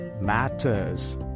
matters